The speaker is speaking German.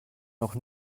noch